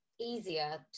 easier